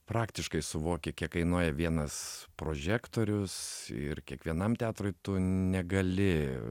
praktiškai suvoki kiek kainuoja vienas prožektorius ir kiekvienam teatrui tu negali